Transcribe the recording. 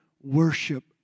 worship